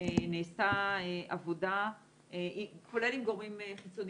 נעשתה עבודה כולל עם גורמים חיצוניים,